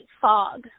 fog